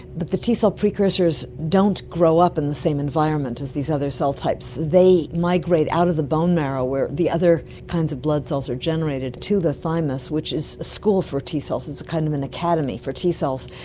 but the t cell precursors don't grow up in the same environment as these other cell types, they migrate out of the bone marrow where the other kinds of blood cells are generated to the thymus which is a school for t cells, it's kind of an academy for t cells.